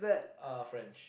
uh French